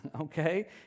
Okay